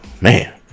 man